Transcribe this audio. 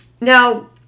Now